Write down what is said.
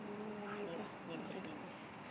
ah ini lah neighbors neighbors